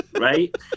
right